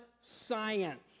science